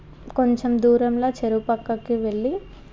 కొంచెం దూరంలో చెరువు పక్కకి వెళ్ళి